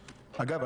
אגב,